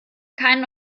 keinen